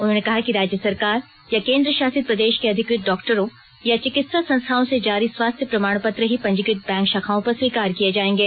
उन्होंने कहा कि राज्य सरकार या केंद्रशासित प्रदेश के अधिकृत डॉक्टरों या चिकित्सा संस्थाओं से जारी स्वास्थ्य प्रमाणपत्र ही पंजीकृत बैंक शाखाओं पर स्वीकार किए जाएंगे